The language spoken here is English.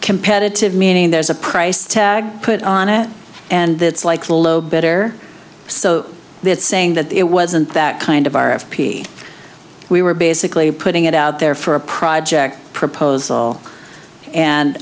competitive meaning there's a price tag put on it and that's like low better so that saying that it wasn't that kind of r f p we were basically putting it out there for a project proposal and